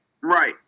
right